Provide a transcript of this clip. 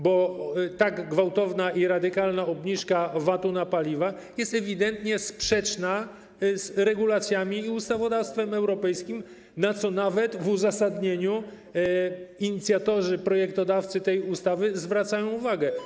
Bo tak gwałtowna i radykalna obniżka VAT-u na paliwa jest ewidentnie sprzeczna z regulacjami i ustawodawstwem europejskim, na co nawet w uzasadnieniu inicjatorzy, projektodawcy tej ustawy zwracają uwagę.